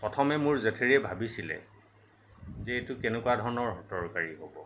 প্ৰথমে মোৰ জেঠেৰিয়ে ভাবিছিলে যে এইটো কেনেকুৱা ধৰণৰ তৰকাৰী হ'ব